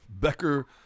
Becker